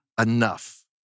enough